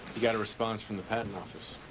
we got a response from the patent office.